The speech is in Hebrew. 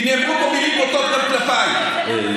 כי נאמרו פה מילים בוטות גם כלפיי וכלפי,